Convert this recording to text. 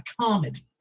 comedy